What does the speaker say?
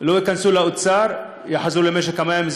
לא ייכנסו לאוצר, יחזרו למשק המים.